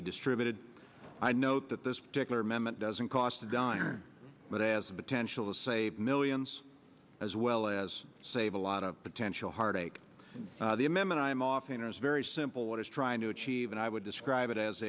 be distributed i note that this particular amendment doesn't cost a dime but as a potential to save millions as well as save a lot of potential heartache the amendment i'm oftener is very simple what it's trying to achieve and i would describe it as